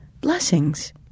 Blessings